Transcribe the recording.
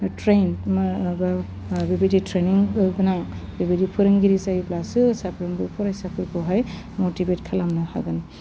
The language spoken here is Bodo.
ट्रेइन मा माबा बेबायदि ट्रेनिंफोर गोनां बेबायदि फोरोंगिरि जायोब्लासो साफ्रोमबो फरायसाफोरखौहाय मटिबेद खालामनो हागोन